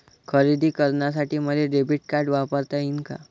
खरेदी करासाठी मले डेबिट कार्ड वापरता येईन का?